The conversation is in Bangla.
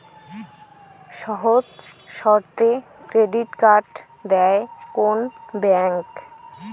সহজ শর্তে ক্রেডিট কার্ড দেয় কোন ব্যাংক?